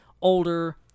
older